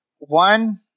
One